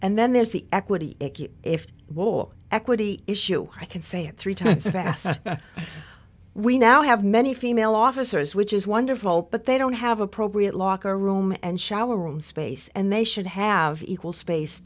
and then there's the equity if wall equity issue i can say it three times faster we now have many female officers which is wonderful but they don't have appropriate locker room and shower room space and they should have equal space